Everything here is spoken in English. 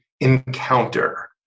encounter